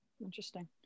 Interesting